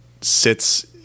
sits